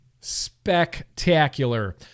Spectacular